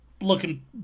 looking